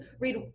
read